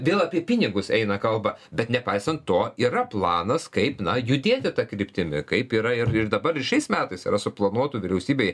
vėl apie pinigus eina kalba bet nepaisant to yra planas kaip na judėti ta kryptimi kaip yra ir ir dabar šiais metais yra suplanuotų vyriausybei